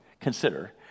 Consider